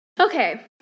Okay